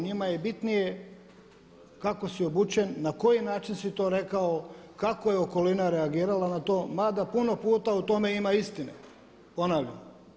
Njima je bitnije kako si obučen, na koji način si to rekao, kao je okolina reagirala na to ma da puno puta u tome ima istine, ponavljam.